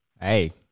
Hey